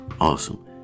awesome